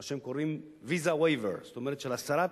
מה שהם קוראים visa waiver, זאת אומרת, הסרת